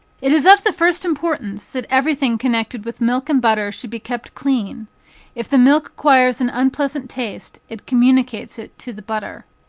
it is of the first importance that every thing connected with milk and butter should be kept clean if the milk acquires an unpleasant taste, it communicates it to the butter.